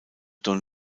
don